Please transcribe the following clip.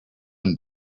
and